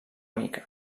mica